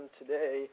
today